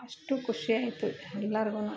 ಅಷ್ಟು ಖುಷಿಯಾಯ್ತು ಎಲ್ಲರ್ಗು